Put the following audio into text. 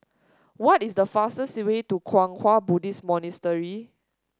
what is the fastest way to Kwang Hua Buddhist Monastery